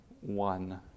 one